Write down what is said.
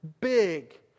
big